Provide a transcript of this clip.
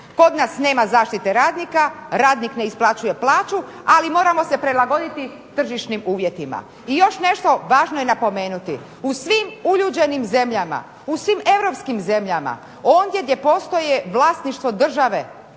Kod nas nema zaštite radnika, radnik ne isplaćuje plaću, ali moramo se prilagoditi tržišnim uvjetima. I još nešto važno je napomenuti. U svim uljuđenim zemljama, u svim europskim zemljama, ondje gdje postoje vlasništvo države